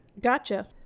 Gotcha